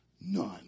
None